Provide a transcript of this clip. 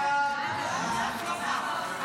נעבור להצבעה בקריאה שנייה על הצעת חוק העונשין